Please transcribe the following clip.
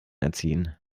erziehen